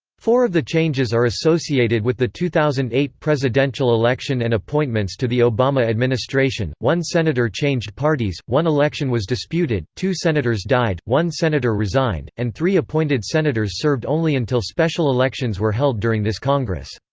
four of the changes are associated with the two thousand and eight presidential election and appointments to the obama administration, one senator changed parties, one election was disputed, two senators died, one senator resigned, and three appointed senators served only until special elections were held during this congress.